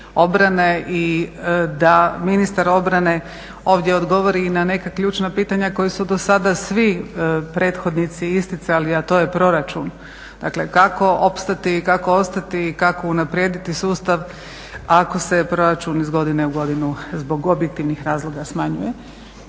obrane i da ministar obrane ovdje odgovori i na neka ključna pitanja koja su do sada svi prethodnici isticali, a to je proračun. Dakle kako opstati, kako ostati i kako unaprijediti sustav ako se proračun iz godine u godinu zbog objektivnih razloga smanjuje.